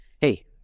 Hey